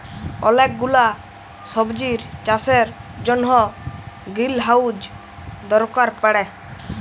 ওলেক গুলা সবজির চাষের জনহ গ্রিলহাউজ দরকার পড়ে